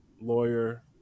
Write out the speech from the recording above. lawyer